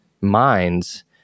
minds